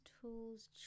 tools